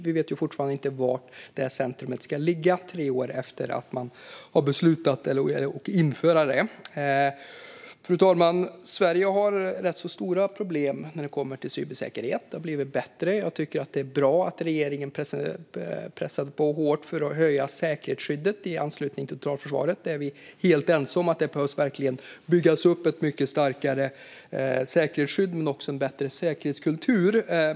Vi vet fortfarande inte var centret ska ligga, tre år efter att man beslutade att inrätta det. Fru talman! Sverige har rätt så stora problem när det kommer till cybersäkerhet. Det har blivit bättre. Jag tycker att det var bra att regeringen pressade på hårt för att höja säkerhetsskyddet i anslutning till totalförsvaret. Vi är helt ense om att det verkligen behöver byggas upp ett mycket starkare säkerhetsskydd men också en bättre säkerhetskultur.